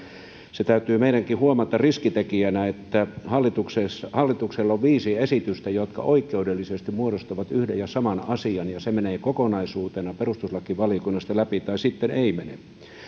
se täytyy meidänkin huomata riskitekijänä että hallituksella on viisi esitystä jotka oikeudellisesti muodostavat yhden ja saman asian ja se menee kokonaisuutena perustuslakivaliokunnasta läpi tai sitten ei mene